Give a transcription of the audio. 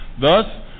Thus